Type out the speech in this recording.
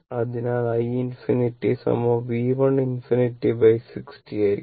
അതിനാൽ i ∞ V1∞ 60 ആയിരിക്കും